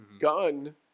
gun